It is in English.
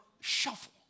shuffle